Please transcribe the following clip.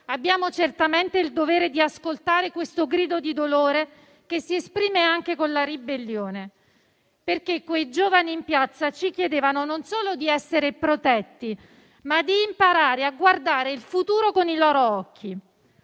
abbiamo certamente il dovere di ascoltare questo grido di dolore che si esprime anche con la ribellione. Quei giovani in piazza ci chiedevano non solo di essere protetti, ma di imparare a guardare il futuro con i loro occhi.